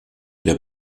der